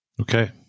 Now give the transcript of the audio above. Okay